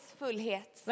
fullhet